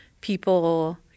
people –